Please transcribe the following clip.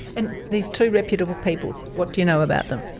and these two reputable people. what do you know about them?